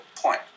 point